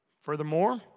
Furthermore